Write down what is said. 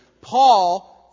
Paul